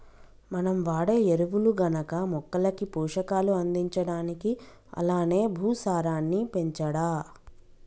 మనం వాడే ఎరువులు గనక మొక్కలకి పోషకాలు అందించడానికి అలానే భూసారాన్ని పెంచడా